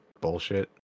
bullshit